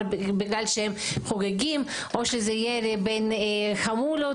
בגלל שהם חוגגים או שזה ירי בין חמולות.